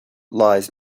lies